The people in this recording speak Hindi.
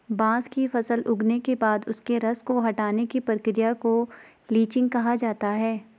बांस की फसल उगने के बाद उसके रस को हटाने की प्रक्रिया को लीचिंग कहा जाता है